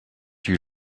you